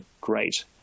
great